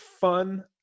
fun